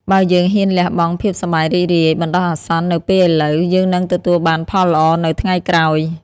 បើយើងហ៊ានលះបង់ភាពសប្បាយរីករាយបណ្ដោះអាសន្ននៅពេលឥឡូវ យើងនឹងទទួលបានផលល្អនៅថ្ងៃក្រោយ។